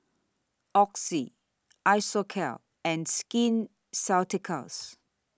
Oxy Isocal and Skin Ceuticals